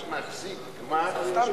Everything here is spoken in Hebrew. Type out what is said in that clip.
מתקיימים יחסים מיוחדים